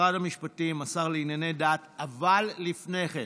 משרד המשפטים, השר לענייני דת, אבל לפני כן,